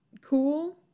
cool